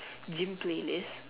gym playlist